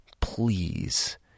please